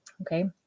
okay